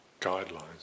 guidelines